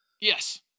Yes